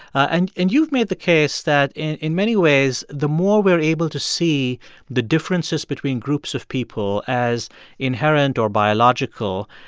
and and you've made the case that in in many ways, the more we are able to see the differences between groups of people as inherent or biological,